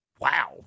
Wow